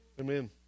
Amen